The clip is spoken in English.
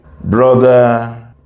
Brother